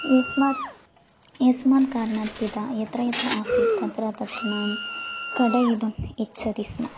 यस्मात् यस्मात् कारणात् पिता यत्र यत्र आसीत् तत्र तत् तृणानि कटयितुम् इच्छति स्म